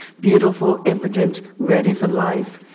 beautiful, impotent, ready for life.